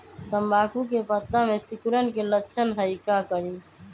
तम्बाकू के पत्ता में सिकुड़न के लक्षण हई का करी?